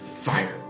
Fire